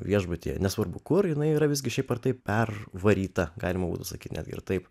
viešbutyje nesvarbu kur jinai yra visgi šiaip ar taip per varyta galima būtų sakyt netgi ir taip